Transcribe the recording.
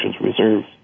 Reserves